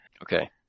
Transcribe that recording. Okay